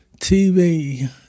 TV